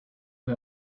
who